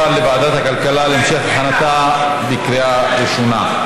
לוועדת הכלכלה להמשך הכנתה בקריאה ראשונה.